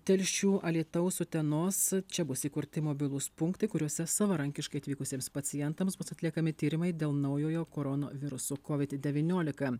telšių alytaus utenos čia bus įkurti mobilūs punktai kuriuose savarankiškai atvykusiems pacientams bus atliekami tyrimai dėl naujojo koronovirusu covid devyniolika